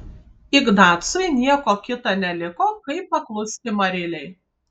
ignacui nieko kita neliko kaip paklusti marilei